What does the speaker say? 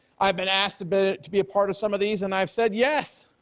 i've been asked but to be a part of some of these and i've said yes.